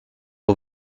eau